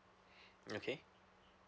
okay